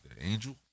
angel